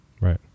right